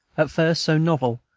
at first so novel,